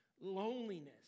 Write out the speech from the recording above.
loneliness